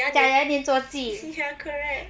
假牙里面做记